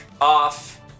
off